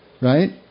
Right